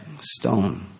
Stone